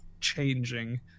changing